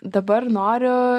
dabar noriu